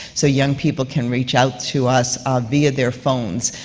so young people can reach out to us via their phones,